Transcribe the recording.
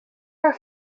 are